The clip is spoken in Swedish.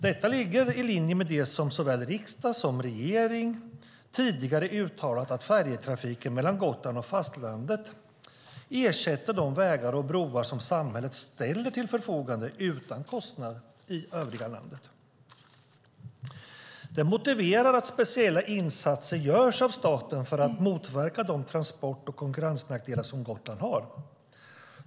Detta ligger i linje med det som såväl riksdag som regering tidigare uttalat om att färjetrafiken mellan Gotland och fastlandet ersätter de vägar och broar som samhället ställer till förfogande utan kostnad i övriga landet. Det motiverar att speciella insatser görs av staten för att motverka de transport och konkurrensnackdelar som Gotland har.